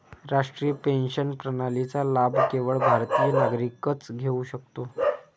राष्ट्रीय पेन्शन प्रणालीचा लाभ केवळ भारतीय नागरिकच घेऊ शकतो